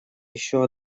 еще